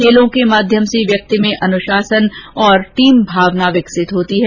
खेलो के माध्यम से व्यक्ति में अनुशासन और टीम भावना विकसित होती है